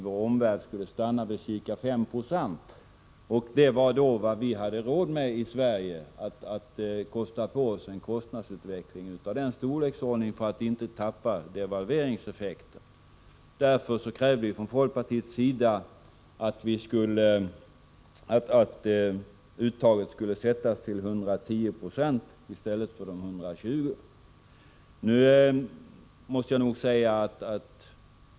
En kostnadsutveckling av den storleksordningen var vad vi hade råd att kosta på oss i Sverige för att inte tappa devalveringseffekten. Därför krävde vi från folkpartiet att uttaget skulle sättas till 110 96 i stället för 120.